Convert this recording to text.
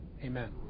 Amen